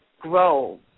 grow